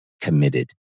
committed